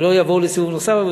ולא יבואו לסיבוב נוסף.